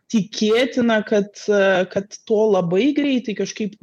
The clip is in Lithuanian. tikėtina kad kad to labai greitai kažkaip